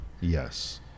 Yes